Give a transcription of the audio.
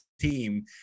team